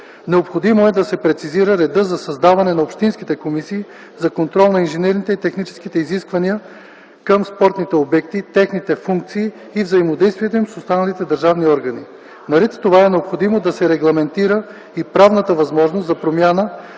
Необходимо е да се прецизира реда за създаване на общинските комисии за контрол на инженерните и техническите изисквания към спортните обекти, техните функции и взаимодействието им с останалите държавни органи. Наред с това е необходимо да се регламентира и правната възможност за промяна